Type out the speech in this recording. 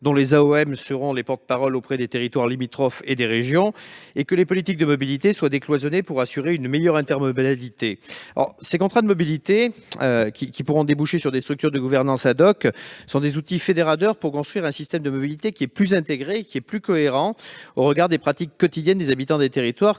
mobilité (AOM) seront les porte-parole auprès des territoires limitrophes et des régions, et de faire en sorte que les politiques de mobilités soient décloisonnées pour assurer une meilleure intermodalité. Ces contrats de mobilité, qui pourront déboucher sur des structures de gouvernance, sont des outils fédérateurs pour construire un système de mobilité plus intégré et plus cohérent au regard des pratiques quotidiennes des habitants des territoires,